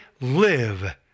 live